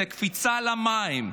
זה קפיצה למים.